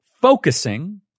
focusing